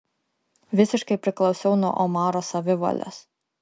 visiškai priklausiau nuo omaro savivalės